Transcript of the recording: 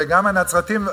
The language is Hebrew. וגם הנצרתיים.